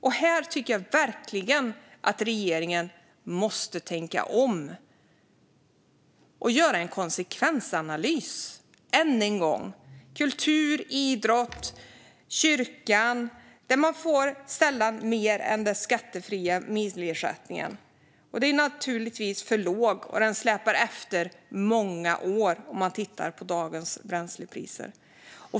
Här tycker jag verkligen att regeringen måste tänka om och göra en konsekvensanalys, än en gång. Inom kultur, idrott och kyrkan får man sällan mer än den skattefria milersättningen, och den är naturligtvis för låg. Den släpar efter många år i förhållande till dagens bränslepriser.